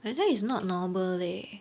like that it's not normal leh